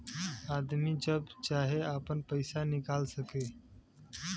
आदमी जब चाहे आपन पइसा निकाल सके